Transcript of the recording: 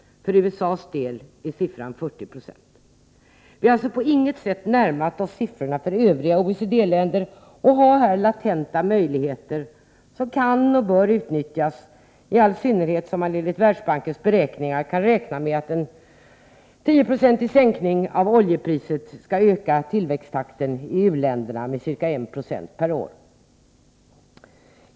För USA:s del är siffran 40 90. Vi har alltså på inget sätt närmat oss siffrorna för övriga OECD-länder och har här latenta möjligheter som kan och bör utnyttjas, i all synnerhet som man enligt Världsbankens beräkningar kan räkna med att en 10-procentig sänkning av oljepriset skall öka tillväxttakten i u-länderna med ca 1796 per år.